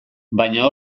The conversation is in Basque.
baina